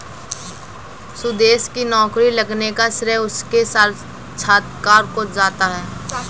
सुदेश की नौकरी लगने का श्रेय उसके साक्षात्कार को जाता है